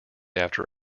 after